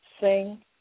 sing